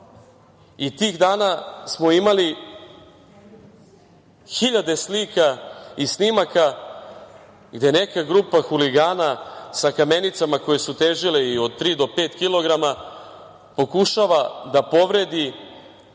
Tih dana smo imali hiljade slika i snimaka gde neka grupa huligana sa kamenicama koje su težile i od tri do pet kilograma pokušava da povredi